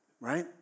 Right